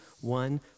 one